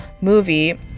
movie